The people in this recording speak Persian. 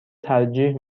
ترجیح